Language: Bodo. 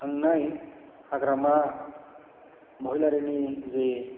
थांनाय हाग्रामा महिलारिनि जे